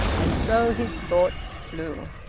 and so his thoughts flew.